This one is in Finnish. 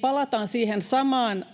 palataan siihen samaan